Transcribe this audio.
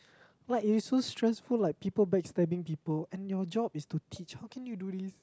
what it's so stressful like people backstabbing people and your job is to teach how can you do this